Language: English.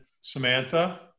Samantha